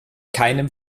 keinem